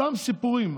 סתם סיפורים.